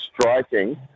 striking